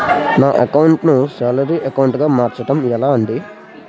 నా అకౌంట్ ను salary account గా మార్చటం ఎలా?